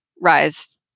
rise